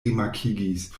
rimarkigis